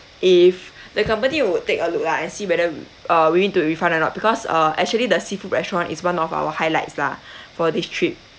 if the company would take a look lah and see whether uh we need to refund or not because uh actually the seafood restaurant is one of our highlights lah for this trip